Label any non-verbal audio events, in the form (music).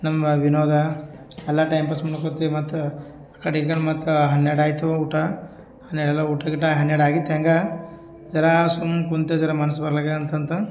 ನಮ್ಮ ವಿನೋದ ಎಲ್ಲ ಟೈಂ ಪಾಸ್ ಸುಮ್ಮನೆ ಕೂತಿವಿ ಮತ್ತು ಕಡಿಗೇನ್ ಮತ್ತು ಹನ್ನೆರಡು ಆಯಿತು ಊಟ (unintelligible) ಊಟ ಗೀಟ ಹನ್ನೆರಡು ಆಗಿತ್ತು ಹ್ಯಾಂಗ ಜರಾ ಸುಮ್ ಕುಂತೆ ಜರಾ (unintelligible) ಅಂತ ಅಂತ